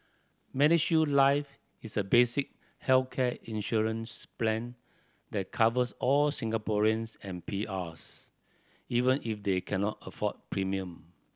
MediShield Life is a basic healthcare insurance plan that covers all Singaporeans and P Rs even if they cannot afford premium